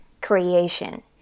creation